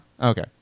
Okay